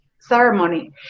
ceremony